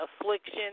affliction